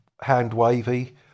hand-wavy